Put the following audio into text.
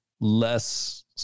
less